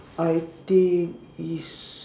I think it's